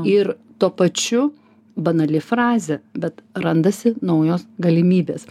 ir tuo pačiu banali frazė bet randasi naujos galimybės